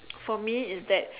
for me is that